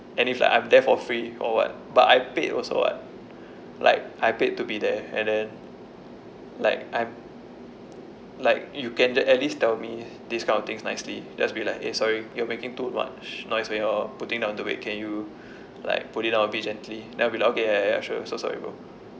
and if like I'm there for free or what but I paid also what like I paid to be there and then like I'm like you can j~ at least tell me this kind of things nicely just be like eh sorry you are making too much noise when you're putting down the weight can you like put it down a bit gently then I'll be like okay ya ya sure so sorry bro